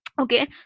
okay